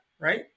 right